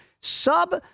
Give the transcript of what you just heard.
Sub